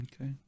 Okay